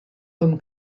vom